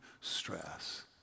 stress